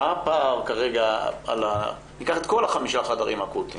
מה הפער כרגע, ניקח את כל חמשת החדרים האקוטיים.